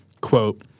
quote